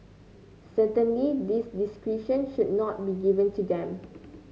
certainly this discretion should not be given to them